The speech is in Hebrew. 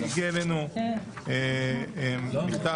שתי הצבעות?